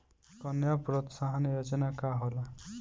कन्या प्रोत्साहन योजना का होला?